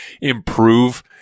improve